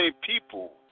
people